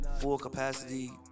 full-capacity